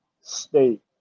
state